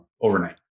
overnight